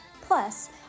Plus